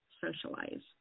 socialize